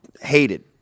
hated